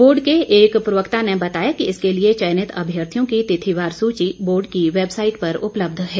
board के एक प्रवक्ता ने बताया कि इसके लिए चयनित अम्यर्थियों की तिथिवार सूची बोर्ड की वेबसाइट पर उपलब्ध है